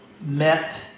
met